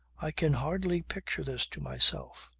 i can hardly picture this to myself.